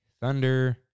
Thunder